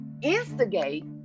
instigate